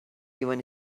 even